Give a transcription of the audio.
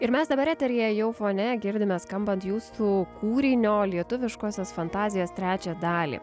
ir mes dabar eteryje jau fone girdime skambant jūsų kūrinio lietuviškosios fantazijos trečią dalį